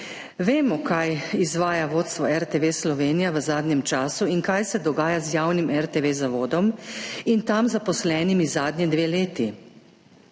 Vemo, kaj izvaja vodstvo RTV Slovenija v zadnjem času in kaj se dogaja z javnim zavodom RTV in tam zaposlenimi zadnji dve leti.